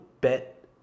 bet